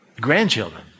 grandchildren